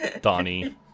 Donnie